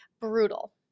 brutal